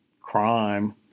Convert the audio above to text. crime